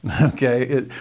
Okay